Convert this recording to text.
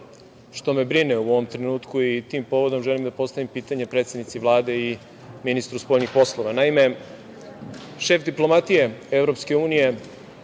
što me brine u ovom trenutku i tim povodom želim da postavim pitanje predsednici Vlade i ministru spoljnih poslova. Naime, šef diplomatije EU,